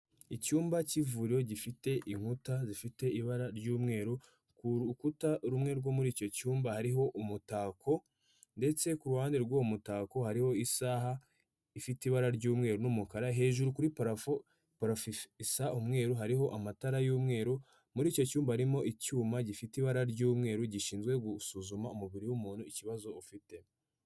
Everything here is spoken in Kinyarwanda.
Icyumba cy'ivuriro gifite inkuta zifite ibara ry'umweru, ku rukuta rumwe rwo muri icyo cyumba hariho umutako ndetse ku ruhande rw'umutako hariho isaha ifite ibara ry'umweru n'umukara hejuru kuri parafo, parafo isa umweru hariho amatara y'umweru muri icyo cyumba harimo icyuma gifite ibara ry'umweru gishinzwe gusuzuma umubiri w'umuntu ikibazo ufite.